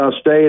State